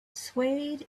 swayed